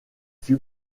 fut